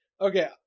Okay